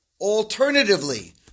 alternatively